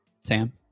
Sam